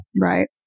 Right